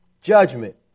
Judgment